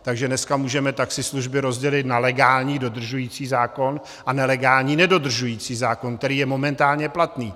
Takže dneska můžeme taxislužby rozdělit na legální dodržující zákon a nelegální nedodržující zákon, který je momentálně platný.